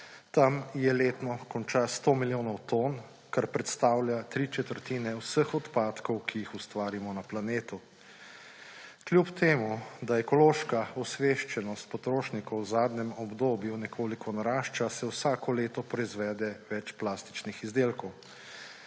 Tam letno konča 100 milijonov ton, kar predstavlja tri četrtine vseh odpadkov, ki jih ustvarimo na planetu. Kljub temu da ekološka osveščenost potrošnikov v zadnjem obdobju nekoliko narašča, se vsako leto proizvede več plastičnih izdelkov,